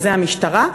וזה המשטרה,